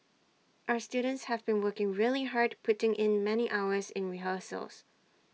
our students have been working really hard putting in many hours in rehearsals